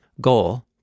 goal